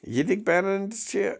ییٚتِکۍ پیٚرَنٹٕس چھِ